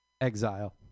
Exile